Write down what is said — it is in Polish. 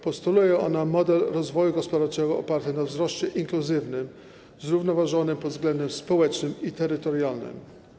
Postuluje ona model rozwoju gospodarczego oparty na wzroście inkluzywnym, zrównoważonym pod względem społecznym i terytorialnym.